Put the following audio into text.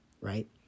Right